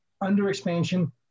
under-expansion